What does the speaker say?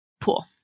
pool